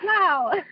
wow